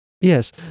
Yes